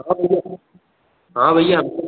हाँ भईया हाँ भईया